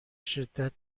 شدت